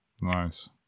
Nice